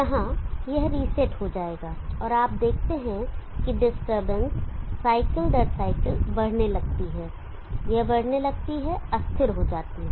यहां यह रीसेट हो जाएगा और आप देखते हैं कि डिस्टरबेंस साइकिल दर साइकिल बढ़ने लगती है यह बढ़ने लगती है अस्थिर हो जाती है